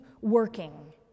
working